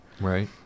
Right